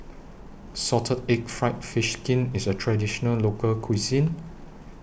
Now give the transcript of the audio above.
Salted Egg Fried Fish Skin IS A Traditional Local Cuisine